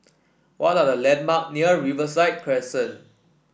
what are the landmarks near Riverside Crescent